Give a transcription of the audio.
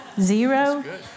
Zero